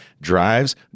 drives